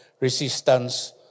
resistance